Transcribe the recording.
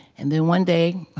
and then one day,